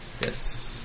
Yes